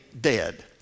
dead